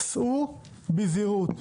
סעו בזהירות.